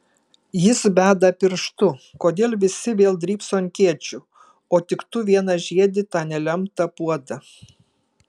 jis beda pirštu kodėl visi vėl drybso ant kėdžių o tik tu vienas žiedi tą nelemtą puodą